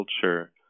culture